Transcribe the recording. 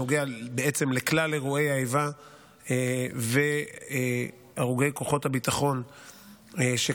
שנוגע בעצם לכלל אירועי האיבה והרוגי כוחות הביטחון שהתרחשו